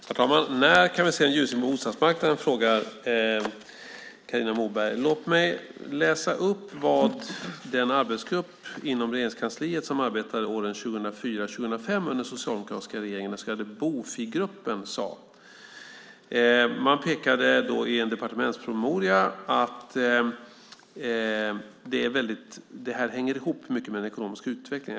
Herr talman! När kan vi se en ljusning på bostadsmarknaden? frågar Carina Moberg. Låt mig läsa upp vad den arbetsgrupp inom Regeringskansliet som arbetade åren 2004-2005 under den socialdemokratiska regeringen, den så kallade Bofigruppen, sade. Man pekade i en departementspromemoria på att detta hänger ihop mycket med den ekonomiska utvecklingen.